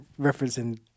referencing